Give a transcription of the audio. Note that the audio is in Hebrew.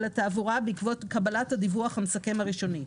התעבורה בעקבות קבלת הדיווח המסכם הראשוני.